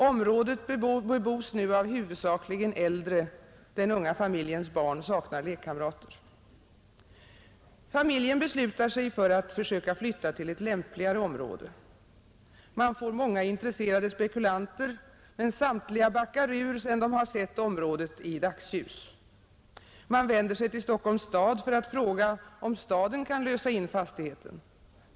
Området bebos nu huvudsakligen av äldre. Den unga familjens barn saknar lekkamrater. Familjen beslutar sig för att flytta till ett lämpligare område. Man får många intresserade spekulanter, men samtliga backar ur sedan de sett området i dagsljus. Man vänder sig till Stockholms stad för att fråga om staden kan lösa in fastigheten.